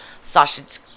sausage